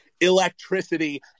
electricity